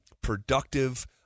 productive